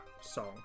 song